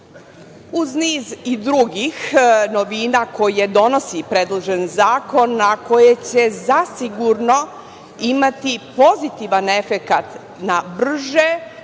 niz i drugih novina koje donosi predloženi zakon, a koje će zasigurno imati pozitivan efekat na brže,